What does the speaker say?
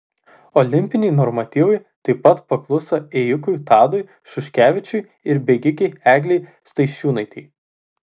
olimpiniai normatyvai taip pat pakluso ėjikui tadui šuškevičiui ir bėgikei eglei staišiūnaitei